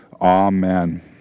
Amen